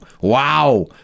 wow